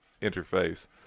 interface